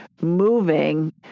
moving